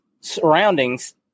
surroundings